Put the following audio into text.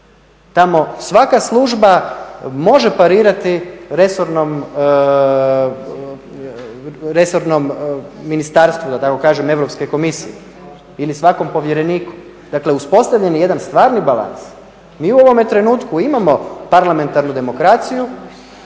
Tamo svaka služba može parirati resornom ministarstvu da tako kažem Europske komisije ili svakom povjereniku. Dakle uspostavljen je jedan stvarni balans. Mi u ovome trenutku imamo parlamentarnu demokraciju